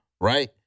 right